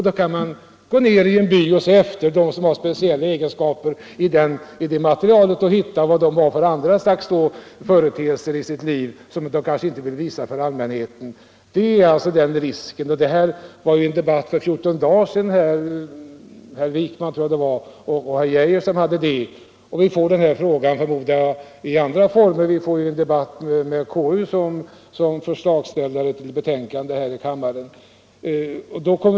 Då kan den som vill gå till en by och titta efter vilka uppgifter det finns om en viss person som man kan identifiera med ledning av det man redan känner till om vederbörande. Vi hade för fjorton dagar sedan en debatt mellan justitieministern och herr Wijkman om dessa saker, och frågan lär komma upp även i andra sammanhang; vi får bl.a. en debatt med anledning av ett betänkande från konstitutionsutskottet.